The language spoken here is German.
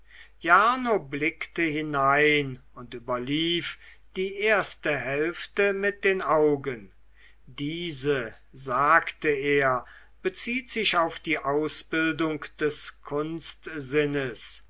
jarno blickte hinein und überlief die erste hälfte mit den augen diese sagte er bezieht sich auf die ausbildung des kunstsinnes